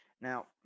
Now